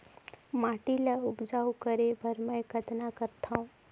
माटी ल उपजाऊ करे बर मै कतना करथव?